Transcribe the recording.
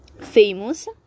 famous